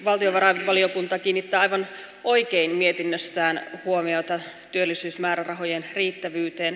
valtiovarainvaliokunta kiinnittää aivan oikein mietinnössään huomiota työllisyysmäärärahojen riittävyyteen